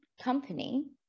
company